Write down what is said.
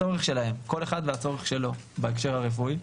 כל אחד והצורך שלו בהקשר הרפואי.